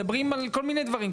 מדברים על כל מיני דברים,